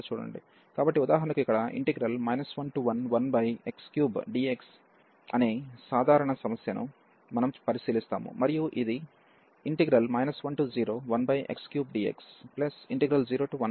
కాబట్టి ఉదాహరణకు ఇక్కడ 111x3dx అనే సాధారణ సమస్యను మనము పరిశీలిస్తాము మరియు ఇది 101x3dx011x3dxకు సమానం